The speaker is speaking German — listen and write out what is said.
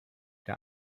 der